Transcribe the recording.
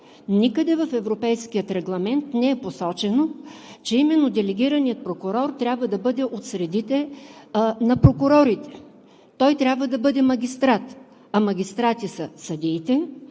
Никъде в европейския Регламент не е посочено, че именно делегираният прокурор трябва да бъде от средите на прокурорите. Той трябва да бъде магистрат, а магистрати са съдиите,